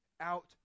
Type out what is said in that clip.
out